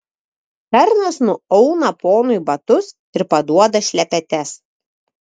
tarnas nuauna ponui batus ir paduoda šlepetes